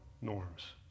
norms